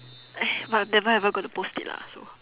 eh but never ever gonna post it lah so